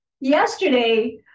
yesterday